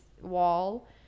wall